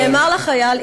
נאמר לחייל,